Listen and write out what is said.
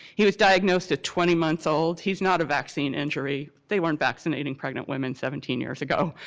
he was diagnosed at twenty months old. he's not a vaccine injury, they weren't vaccinating pregnant women seventeen years ago,